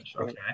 okay